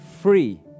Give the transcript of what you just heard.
free